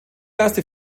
erste